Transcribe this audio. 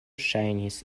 ŝajnis